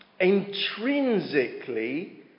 intrinsically